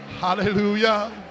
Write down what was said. hallelujah